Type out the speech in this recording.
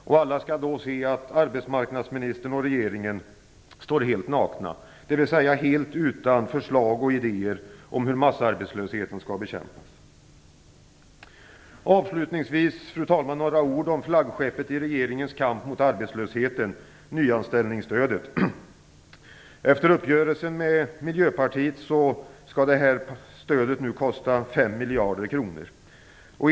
Och alla skall då se att arbetsmarknadsministern och regeringen står helt nakna, dvs. helt utan förslag och idéer om hur massarbetslösheten skall bekämpas. Avslutningsvis, fru talman, några ord om flaggskeppet i regeringens kamp mot arbetslösheten, nyanställningsstödet. Efter uppgörelsen med Miljöpartiet skall detta stöd nu kosta 5 miljarder kronor.